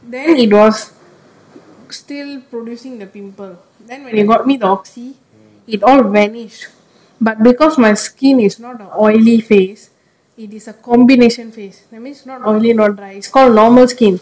then it was still producing the pimple then when you got meet the oxy it all vanished but because my skin is not a oily face it is a combination face that means not oily not dry it's called normal skin